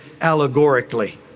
allegorically